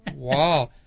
Wow